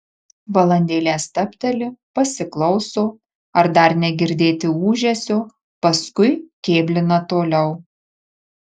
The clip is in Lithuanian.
valandėlę stabteli pasiklauso ar dar negirdėti ūžesio paskui kėblina toliau